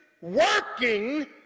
working